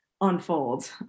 unfold